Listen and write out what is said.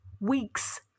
weeks